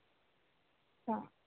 दा